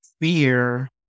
fear